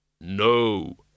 No